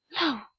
No